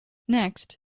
next